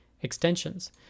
extensions